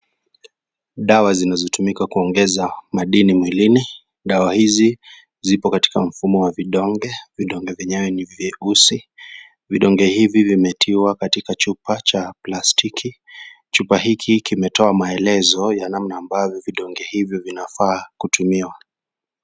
Dawa zinazotumika kuongeza madini mwilini, dawa hizi ziko katika mfumo wa vidonge, vidonge vyenyewe ni vyeusi. Vidonge hivi vimetiwa katika chupa cha plastiki, chupa hiki kimetoa maelezo ya namna ambayo vidonge hivi vinafaa kutumiwa.